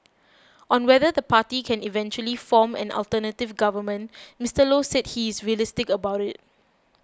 on whether the party can eventually form an alternative government Mister Low said he is realistic about it